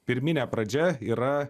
pirminė pradžia yra